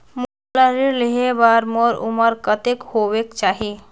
मोला ऋण लेहे बार मोर उमर कतेक होवेक चाही?